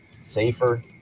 Safer